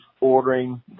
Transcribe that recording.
ordering